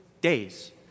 Days